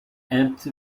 empty